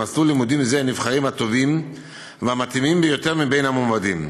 למסלול לימודים זה נבחרים הטובים והמתאימים ביותר מבין המועמדים.